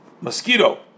mosquito